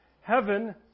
Heaven